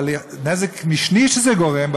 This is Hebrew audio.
אבל נזק משני שזה גורם,